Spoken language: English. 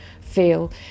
feel